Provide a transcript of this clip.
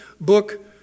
book